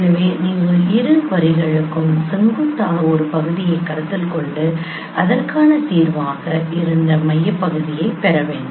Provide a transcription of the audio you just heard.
எனவே நீங்கள் இரு வரிகளுக்கும் செங்குத்தாக ஒரு பகுதியைக் கருத்தில் கொண்டு அதற்கான தீர்வாக இருந்த மையப்பகுதியைப் பெற வேண்டும்